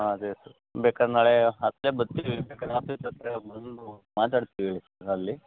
ಅದೇ ಸರ್ ಬೇಕಾರೆ ನಾಳೆ ಅತ್ತೆ ಬರ್ತೀವಿ ಅತ್ತಲೆ ಬತ್ತೀವಿ ಬೇಕಾರೆ ಆಫೀಸ್ ಹತ್ತಿರ ಬಂದು ಮಾತಾಡ್ತೀವಿ ಸರ್ ಅಲ್ಲಿ